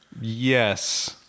Yes